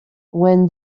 when